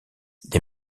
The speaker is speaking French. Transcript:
les